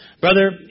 Brother